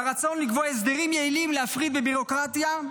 והרצון לקבוע הסדרים יעילים ולהפחית ביורוקרטיה,